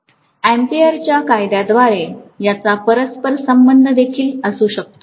अॅम्पीयरच्या कायद्याद्वारे याचा परस्पर संबंध देखील असू शकतो